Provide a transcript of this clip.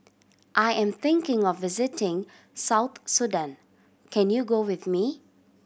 I am thinking of visiting South Sudan can you go with me